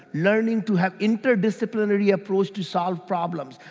learning to have interdisciplinary approach to solve problems,